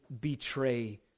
betray